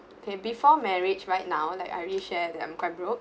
okay before marriage right now like I already share that I'm quite broke